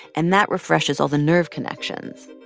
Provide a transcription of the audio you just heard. and that refreshes all the nerve connections.